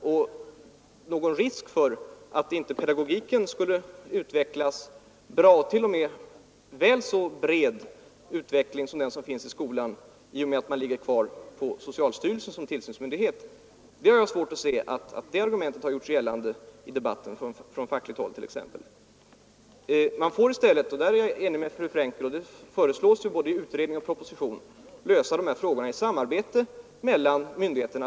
Jag kan inte finna att det argumentet gjorts gällande t.ex. i debatten från fackligt håll att det skulle vara någon risk för att själva pedagogiken inte skulle utvecklas lika bra som den som finns i skolan, om socialstyrelsen kvarstår som tillsynsmyndighet. Man får i stället — där är jag överens med fru Frenkel, och det föreslås både i utredningen och i propositionen — lösa frågorna i samarbete mellan myndigheterna.